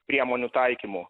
priemonių taikymų